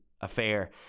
affair